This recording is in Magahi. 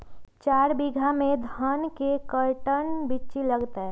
चार बीघा में धन के कर्टन बिच्ची लगतै?